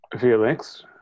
Felix